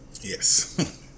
Yes